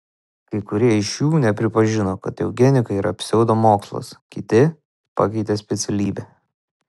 kai kurie iš jų nepripažino kad eugenika yra pseudomokslas kiti pakeitė specialybę